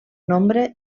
nombre